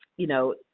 you know,